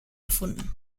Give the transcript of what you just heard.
erfunden